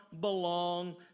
belong